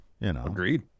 Agreed